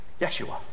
Yeshua